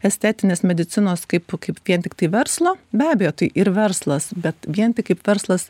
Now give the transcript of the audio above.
estetinės medicinos kaip kaip vien tiktai verslo be abejo tai ir verslas bet vien tik kaip verslas